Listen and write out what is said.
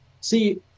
See